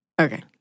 Okay